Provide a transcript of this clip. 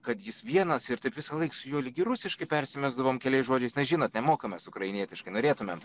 kad jis vienas ir taip visąlaik su juo lyg ir rusiškai persimesdavom keliais žodžiais na žinot nemokam mes ukrainietiškai norėtumėm